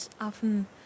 often